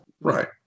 right